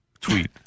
tweet